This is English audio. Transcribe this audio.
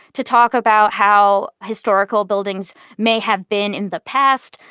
to talk about how historical buildings may have been in the past.